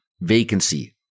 vacancy